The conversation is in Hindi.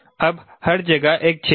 अब हर जगह एक छेद है